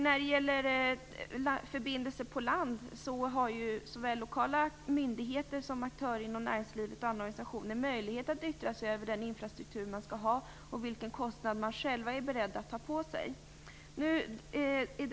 När det gäller förbindelser på land har ju såväl lokala myndigheter som aktörer inom näringslivet och olika organisationer möjlighet att yttra sig över infrastrukturen och vilken kostnad man är beredd att ta på sig.